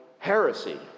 Heresy